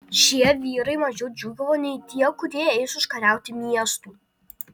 šie vyrai mažiau džiūgavo nei tie kurie eis užkariauti miestų